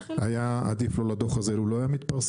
היה עדיף לו לדוח הזה לו לא היה מתפרסם,